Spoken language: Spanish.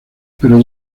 pero